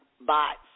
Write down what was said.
bots